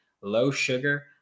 low-sugar